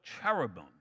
cherubim